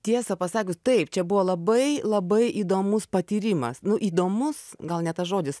tiesa pasakius taip čia buvo labai labai įdomus patyrimas nu įdomus gal ne tas žodis